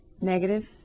negative